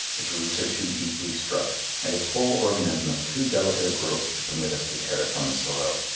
its roots are too deeply struck and its whole organism of too delicate a growth to permit us to tear it from the soil.